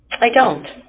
i don't